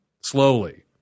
slowly